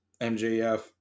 MJF